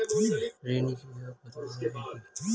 ঋণ কি ও কত প্রকার ও কি কি?